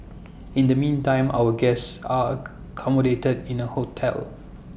in the meantime our guests are accommodated in A hotel